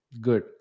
good